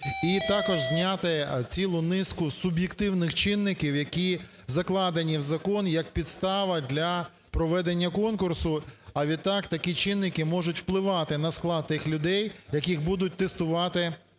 і також зняти цілу низку суб'єктивних чинників, які закладені в закон як підстава для проведення конкурсу. А відтак такі чинники можуть впливати на склад тих людей, яких будуть тестувати